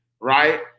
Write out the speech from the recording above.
right